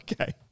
Okay